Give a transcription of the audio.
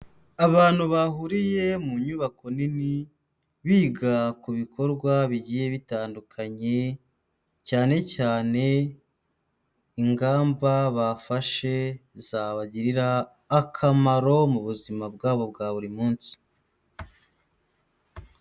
Abantu bahuriye mu nyubako nini biga ku bikorwa bigiye bitandukanye, cyane cyane ingamba bafashe zabagirira akamaro mu buzima bwabo bwa buri munsi.